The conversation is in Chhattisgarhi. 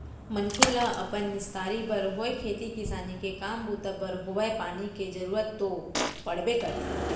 मनखे ल अपन निस्तारी बर होय खेती किसानी के काम बूता बर होवय पानी के जरुरत तो पड़बे करथे